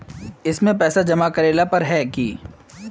इसमें पैसा जमा करेला पर है की?